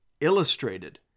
illustrated